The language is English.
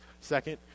Second